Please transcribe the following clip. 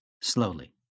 slowly